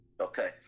Okay